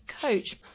coach